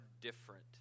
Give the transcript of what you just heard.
different